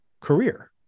career